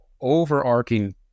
overarching